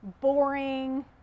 boring